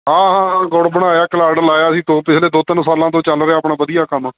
ਹਾਂ ਹਾਂ ਹਾਂ ਗੁੜ ਬਣਾਇਆ ਕਲਾੜ ਲਾਇਆ ਅਸੀਂ ਦੋ ਪਿਛਲੇ ਦੋ ਤਿੰਨ ਸਾਲਾਂ ਤੋਂ ਚੱਲ ਰਿਹਾ ਆਪਣਾ ਵਧੀਆ ਕੰਮ